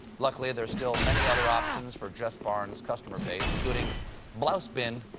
luckily, there are still many other options for dressbarn's customer base, including blouse bin,